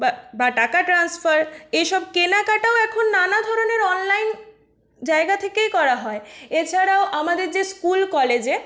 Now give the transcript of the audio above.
বা টাকা ট্রান্সফার এসব কেনাকাটাও এখন নানা ধরনের অনলাইন জায়গা থেকেই করা হয় এছাড়াও আমাদের যে স্কুল কলেজে